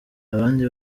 abandi